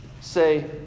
say